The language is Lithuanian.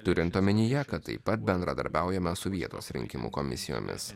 turint omenyje kad taip pat bendradarbiaujame su vietos rinkimų komisijomis